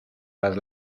las